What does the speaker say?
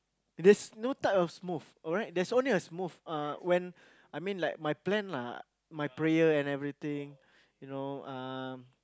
there's no type of smooth alright there's only a smooth uh when I mean like my plan lah my prayer and everything you know um